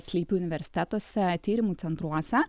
slypi universitetuose tyrimų centruose